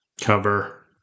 cover